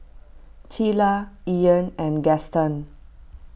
Teela Ian and Gaston